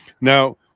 Now